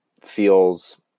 feels